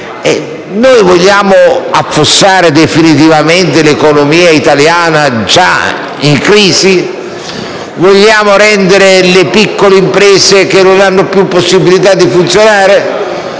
Vogliamo affossare definitivamente l'economia italiana già in crisi? Vogliamo mettere le piccole imprese nell'impossibilità di funzionare?